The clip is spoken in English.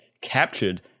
captured